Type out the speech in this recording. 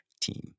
team